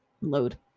load